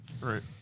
Right